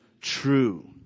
true